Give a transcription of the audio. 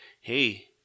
hey